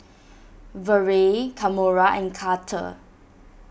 Vere Kamora and Carter